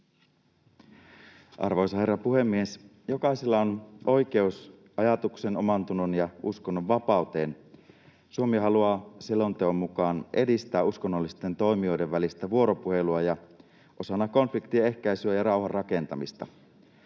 Arvoisa herra puhemies! Jokaisella on oikeus ajatuksen-, omantunnon- ja uskonnonvapauteen. Suomi haluaa selonteon mukaan edistää uskonnollisten toimijoiden välistä vuoropuhelua osana konfliktien ehkäisyä ja rauhan rakentamista.